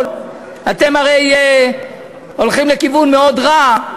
אתם הרי הולכים לכיוון מאוד רע.